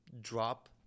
drop